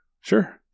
Sure